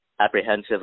apprehensive